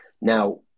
Now